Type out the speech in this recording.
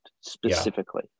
specifically